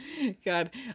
God